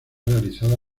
realizada